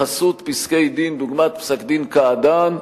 בחסות פסקי-דין דוגמת פסק-דין קעדאן,